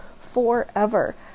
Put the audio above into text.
forever